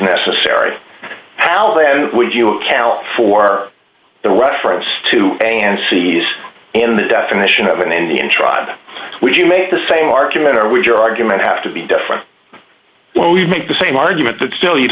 necessary palla what you account for the reference to and sees in the definition of an indian tribe would you make the same argument or with your argument have to be different well you make the same argument that still you